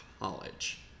college